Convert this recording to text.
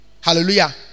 Hallelujah